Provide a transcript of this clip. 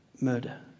murder